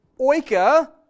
oika